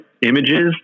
images